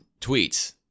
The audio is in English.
tweets